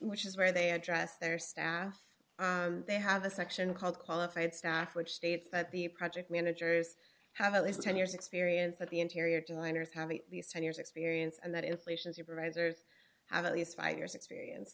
which is where they address their staff they have a section called qualified staff which states that the project managers have at least ten years experience but the interior designers have the ten years experience and that inflation's supervisors have at least five years experience